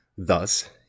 Thus